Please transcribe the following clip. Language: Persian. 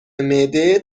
معده